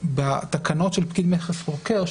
בתקנות של פקיד מכס חוקר,